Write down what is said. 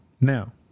Now